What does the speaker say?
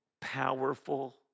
powerful